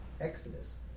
Exodus